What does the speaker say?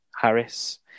Harris